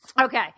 Okay